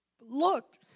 Look